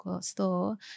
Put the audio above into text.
store